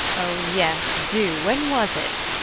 oh yes, do, when was it?